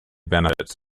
benefits